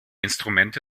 instrumente